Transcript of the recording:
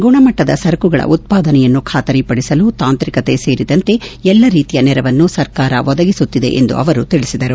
ಗುಣಮಟ್ಟದ ಸರಕುಗಳ ಉತ್ಪಾದನೆಯನ್ನು ಖಾತರಿಪಡಿಸಲು ತಾಂತ್ರಿಕತೆ ಸೇರಿದಂತೆ ಎಲ್ಲಾ ರೀತಿಯ ನೆರವನ್ನು ಸರ್ಕಾರ ಒದಗಿಸುತ್ತಿದೆ ಎಂದು ಅವರು ತಿಳಿಸಿದರು